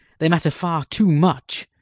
they matter far too much.